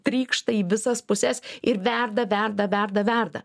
trykšta į visas puses ir verda verda verda verda